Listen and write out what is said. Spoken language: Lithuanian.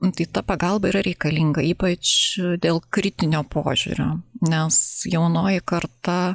nu tai ta pagalba yra reikalinga ypač dėl kritinio požiūrio nes jaunoji karta